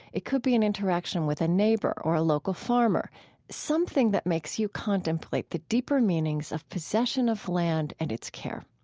it could be an interaction with a neighbor or a local farmer something that makes you contemplate the deeper meanings of possession of land and its care.